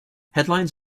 headlines